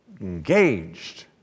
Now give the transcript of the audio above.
engaged